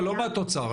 לא מהתוצר.